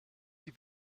die